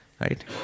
Right